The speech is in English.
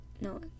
no